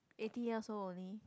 eighty years old only